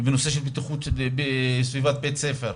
ובטיחות בסביבת בתי הספר.